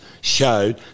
showed